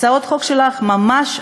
הצעות החוק שלך ממש,